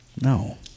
no